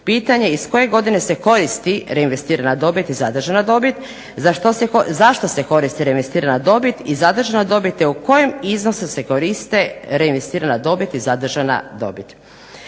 pitanje iz koje godine se koristi reinvestirana dobit i zadržana dobit, za što se koristi reinvestirana dobit i zadržana dobit, te u kojem iznosu se koriste reinvestirana dobit i zadržana dobit.